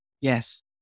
Yes